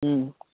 हं